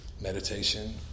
meditation